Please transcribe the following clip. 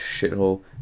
shithole